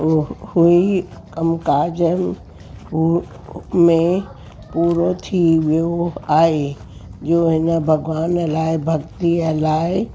हू हूई कमु काजनि में पूरो थी वियो आहे जो हिन भॻवान लाइ भक्तीअ लाइ